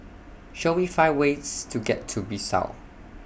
Show Me five ways to get to Bissau